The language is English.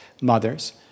mothers